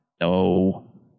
No